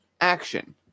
action